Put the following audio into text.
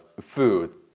food